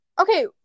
Okay